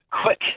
quick